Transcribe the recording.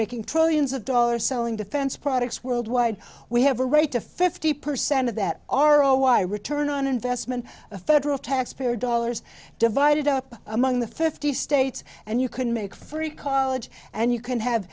making trillions of dollars selling defense products worldwide we have a right to fifty percent of that r o y return on investment the federal taxpayer dollars divided up among the fifty states and you can make free college and you can have